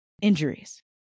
injuries